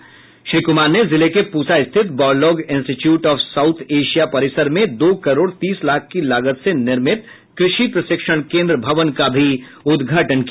वहीं श्री कुमार ने जिले के पुसा स्थित Borlaug institute of South Asia परिसर में दो करोड़ तीस लाख की लागत से निर्मित कृषि प्रशिक्षण केंद्र भवन का भी उद्घाटन किया